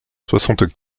soixante